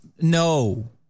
No